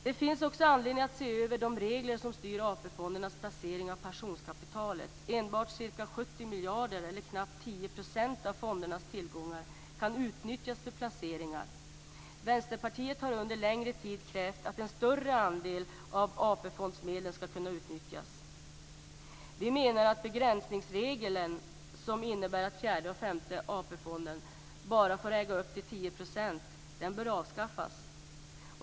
Det finns också anledning att se över de regler som styr AP-fondernas placeringar av pensionskapitalet. Enbart ca 70 miljarder eller knappt 10 % av fondernas tillgångar kan utnyttjas för aktieplaceringar. Vänsterpartiet har under en längre tid krävt att en större andel av AP-fondsmedlen skall kunna utnyttjas härför. Vi menar att den begränsningsregel som innebär att fjärde och femte AP-fonderna bara får äga upp till 10 % av aktierna i ett börsföretag bör avskaffas.